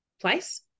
place